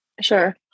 Sure